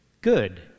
good